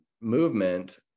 movement